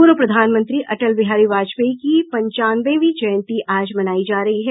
पूर्व प्रधानमंत्री अटल बिहारी वाजपेयी की पचानवे वीं जयंती आज मनायी जा रही है